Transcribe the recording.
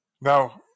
Now